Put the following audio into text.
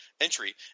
Entry